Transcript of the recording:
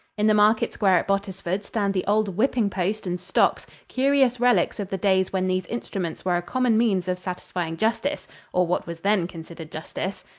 in the market square at bottisford stand the old whipping-post and stocks, curious relics of the days when these instruments were a common means of satisfying justice or what was then considered justice.